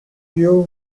view